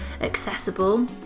accessible